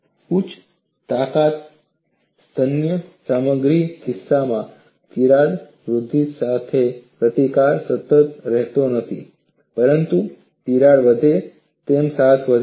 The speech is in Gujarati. ઉચ્ચ તાકાત તન્ય સામગ્રીના કિસ્સામાં તિરાડ વૃદ્ધિ સામે પ્રતિકાર સતત રહેતો નથી પરંતુ તિરાડ વધે તે સાથે વધે છે